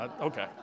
Okay